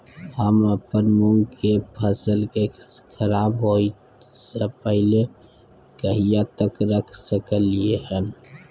हम अपन मूंग के फसल के खराब होय स पहिले कहिया तक रख सकलिए हन?